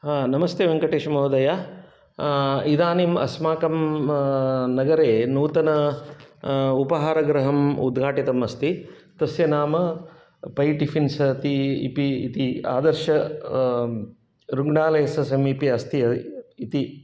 नमस्ते वेङ्कटेशमहोदय इदानीम् अस्माकं नगरे नूतन उपहारगृहम् उद्घाटितम् अस्ति तस्य नाम पै टिफिन्स् ति इपि इति आदर्श ऋग्णालयस्य समीपे अस्ति इति